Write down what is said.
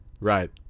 Right